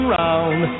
round